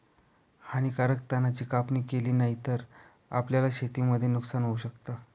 हानीकारक तणा ची कापणी केली नाही तर, आपल्याला शेतीमध्ये नुकसान होऊ शकत